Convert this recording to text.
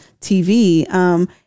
TV